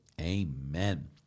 amen